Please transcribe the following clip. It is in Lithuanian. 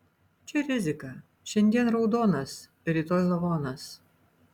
čia rizika šiandien raudonas rytoj lavonas